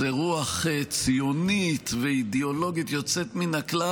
איזו רוח ציונית ואידיאולוגית יוצאת מן הכלל.